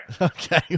Okay